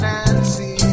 Nancy